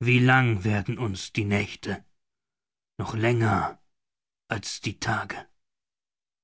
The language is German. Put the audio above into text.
wie lang werden uns die nächte noch länger als die tage